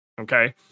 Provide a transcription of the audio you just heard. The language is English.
okay